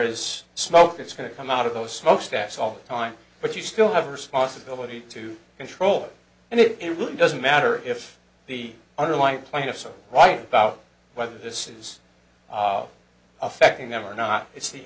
is smoke it's going to come out of those smoke stacks all the time but you still have a responsibility to control and it really doesn't matter if the underlying plaintiffs are right about whether this is affecting them or not it's the